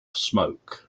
smoke